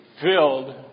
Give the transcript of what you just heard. filled